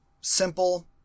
Simple